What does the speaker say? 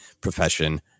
profession